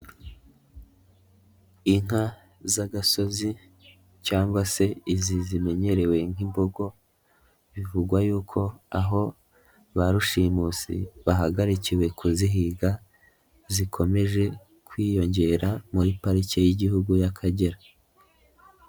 Inka z'agasozi cyangwa se izi zimenyerewe nk'imbogo bivugwa yuko aho ba rushimusi bahagarikiwe kuzihiga, zikomeje kwiyongera muri parike y'igihugu y'Akagera.